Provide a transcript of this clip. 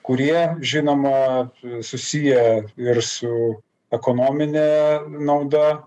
kurie žinoma susiję ir su ekonomine nauda